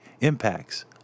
impacts